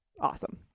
awesome